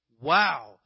Wow